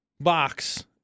box